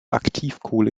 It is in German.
aktivkohle